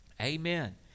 Amen